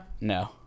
No